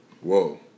Whoa